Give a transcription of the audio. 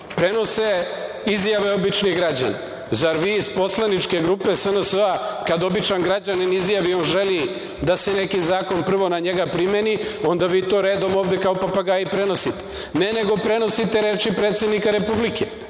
prenose izjave običnih građana? Zar vi iz poslaničke grupe SNS, kad običan građanin izjavi, on želi da se neki zakon prvo na njega primeni, onda vi to redom ovde kao papagaji prenosite? Ne, nego prenosite reči predsednika Republike.